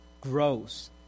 grows